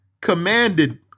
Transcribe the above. commanded